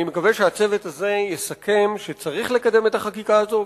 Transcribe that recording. אני מקווה שהצוות הזה יסכם שצריך לקדם את החקיקה הזאת,